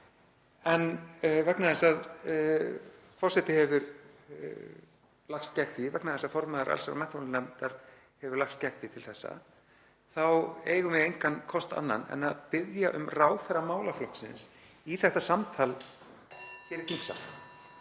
En vegna þess að forseti hefur lagst gegn því, vegna þess að formaður allsherjar- og menntamálanefndar hefur lagst gegn því til þessa, þá eigum við engan kost annan en að biðja um ráðherra málaflokksins í þetta samtal hér í þingsal.